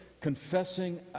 confessing